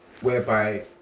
whereby